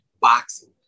boxing